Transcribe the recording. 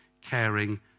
caring